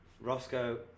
Roscoe